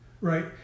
right